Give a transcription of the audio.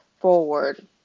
forward